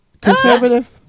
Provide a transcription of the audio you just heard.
conservative